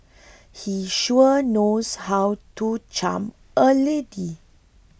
he sure knows how to charm a lady